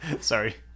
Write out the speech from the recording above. Sorry